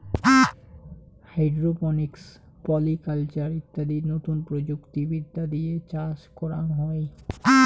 hydroponics, polyculture ইত্যাদি নতুন প্রযুক্তি বিদ্যা দিয়ে চাষ করাঙ হই